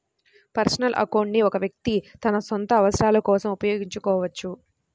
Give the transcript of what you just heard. personal account ని ఒక వ్యక్తి తన సొంత అవసరాల కోసం ఉపయోగించుకోవచ్చు